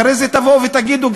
אחרי זה תבואו ותגידו,